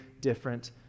different